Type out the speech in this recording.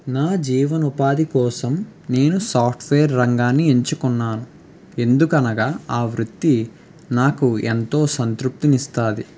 నా జీవన ఉపాధి కోసం నేను సాఫ్ట్వేర్ రంగాన్ని ఎంచుకున్నాను ఎందుకనగా ఆ వృత్తి నాకు ఎంతో సంతృప్తినిస్తుంది